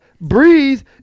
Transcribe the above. breathe